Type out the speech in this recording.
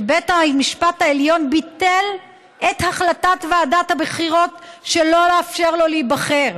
שבית המשפט העליון ביטל את החלטת ועדת הבחירות שלא לאפשר לו להיבחר.